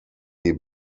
die